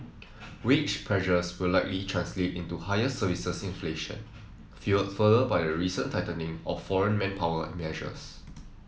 wage pressures will likely translate into higher services inflation fuelled further by the recent tightening of foreign manpower measures